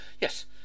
Yes